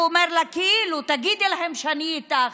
והוא אומר לה כאילו: תגידי להם שאני איתך.